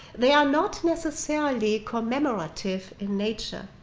they are not necessarily commemorative in nature.